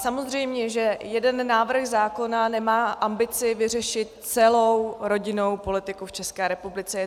Samozřejmě že jeden návrh zákona nemá ambici vyřešit celou rodinnou politiku v České republice.